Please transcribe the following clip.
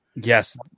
Yes